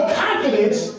confidence